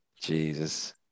Jesus